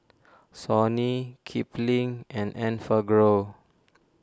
Sony Kipling and Enfagrow